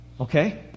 okay